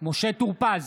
משה טור פז,